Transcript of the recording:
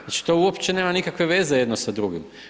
Znači, to uopće nema nikakve veze jedno sa drugim.